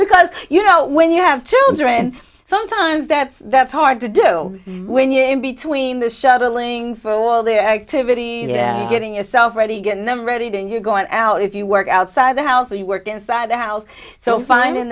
because you know when you have children sometimes that's that's hard to do when you're in between the shuttling for all the activity yeah getting yourself ready getting them ready to and you going out if you work outside the house or you work inside the house so finding